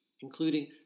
including